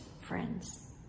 friends